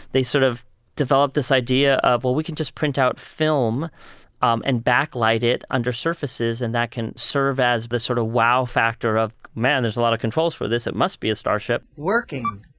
they sort of developed this idea of, well, we can just print out film um and backlight it under surfaces and that can serve as the sort of wow factor of, man, there's a lot of controls for this. it must be a starship working.